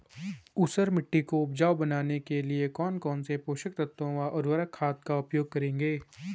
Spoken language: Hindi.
ऊसर मिट्टी को उपजाऊ बनाने के लिए कौन कौन पोषक तत्वों व उर्वरक खाद का उपयोग करेंगे?